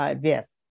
Yes